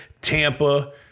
Tampa